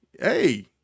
hey